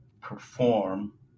perform